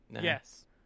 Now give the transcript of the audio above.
Yes